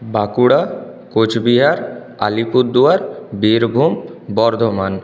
Bankura Cooch Behar Alipurduar Birbhum Bardhaman